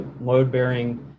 load-bearing